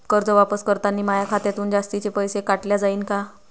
कर्ज वापस करतांनी माया खात्यातून जास्तीचे पैसे काटल्या जाईन का?